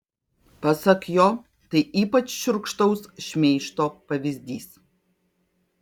pasak jo tai ypač šiurkštaus šmeižto pavyzdys